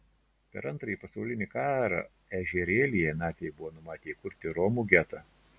per antrąjį pasaulinį karą ežerėlyje naciai buvo numatę įkurti romų getą